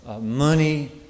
money